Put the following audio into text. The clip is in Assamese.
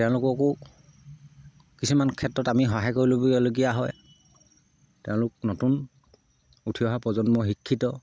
তেওঁলোককো কিছুমান ক্ষেত্ৰত আমি সহায় কৰিবলগীয়া হয় তেওঁলোক নতুন উঠি অহা প্ৰজন্ম শিক্ষিত